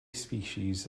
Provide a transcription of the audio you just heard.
species